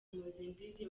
mpozembizi